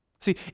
See